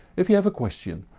if you have a question,